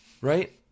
right